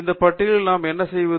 இந்த பட்டியலில் நாம் என்ன செய்வது